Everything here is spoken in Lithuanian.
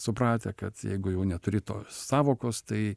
supratę kad jeigu jau neturi tos sąvokos tai